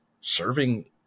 serving